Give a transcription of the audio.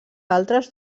altres